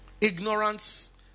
Ignorance